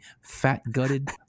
fat-gutted